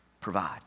provide